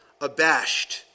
abashed